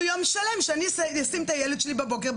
יום שלם שאני אשים את הילד שלי בבוקר,